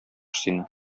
сине